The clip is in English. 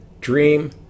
dream